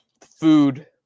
food